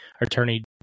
Attorney